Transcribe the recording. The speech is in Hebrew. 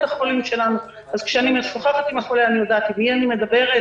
החולים שלנו אז כשאני משוחחת עם החולה אני יודעת עם מי אני מדברת,